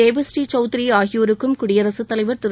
தேபபுநீ சவுத்திரி ஆகியோருக்கும் குடியரசுத் தலைவர் திரு